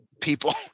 people